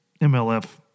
MLF